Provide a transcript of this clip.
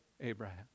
Abraham